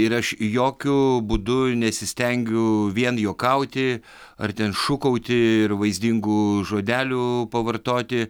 ir aš jokiu būdu nesistengiu vien juokauti ar ten šūkauti ir vaizdingų žodelių pavartoti